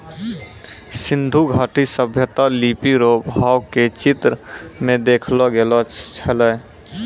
सिन्धु घाटी सभ्यता लिपी रो भाव के चित्र मे देखैलो गेलो छलै